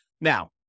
Now